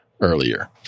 earlier